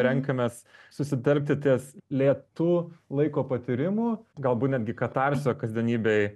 renkamės susitelkti ties lėtu laiko patyrimu galbūt netgi katarsio kasdienybėj